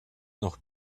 noch